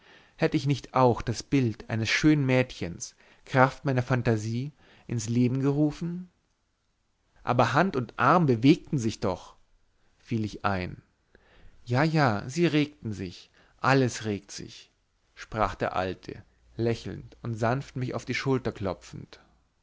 hätt ich nicht auch das bild eines schönen mädchens kraft meiner fantasie ins leben gerufen aber hand und arm bewegten sich doch fiel ich ein ja ja sie regten sich alles regte sich sprach der alte lächelnd und sanft mich auf die schulter klopfend